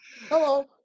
Hello